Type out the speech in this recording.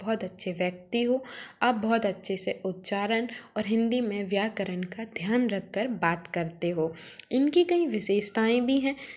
आप बहुत अच्छे व्यक्ति हो आप बहुत अच्छे से उच्चारण और हिन्दी मे व्याकरण का ध्यान रख कर बात करते हो इनकी कई विशेषताएँ भी हैं